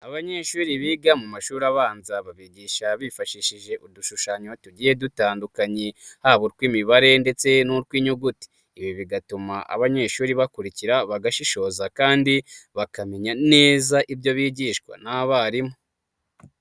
Abanyeshuri biga mu mashuri abanza babigisha bifashishije udushushanyo tugiye dutandukanye haba utw'imibare ndetse n'utw'inyuguti. Ibi bigatuma abanyeshuri bakurikira, bagashishoza kandi bakamenya neza ibyo bigishwa n'abarimu.